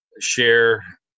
share